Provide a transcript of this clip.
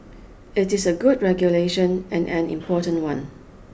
it is a good regulation and an important one